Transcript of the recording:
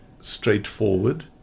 straightforward